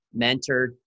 Mentored